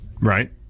Right